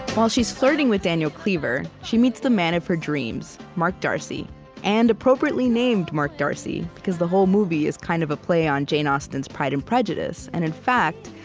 while she's flirting with daniel cleaver, she meets the man of her dreams, mark darcy and appropriately named mark darcy, because the whole movie is kind of a play on jane austen's pride and prejudice. and in fact,